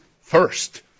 first